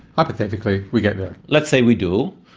hypothetically, we get there. let's say we do.